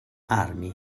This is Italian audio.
army